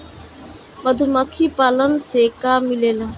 मधुमखी पालन से का मिलेला?